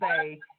say